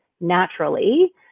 naturally